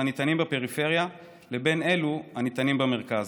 הניתנים בפריפריה לבין אלו הניתנים במרכז.